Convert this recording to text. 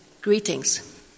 greetings